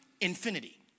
infinity